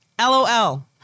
LOL